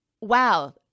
wow